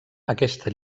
aquesta